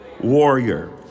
warrior